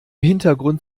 hintergrund